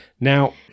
Now